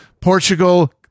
portugal